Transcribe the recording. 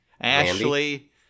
Ashley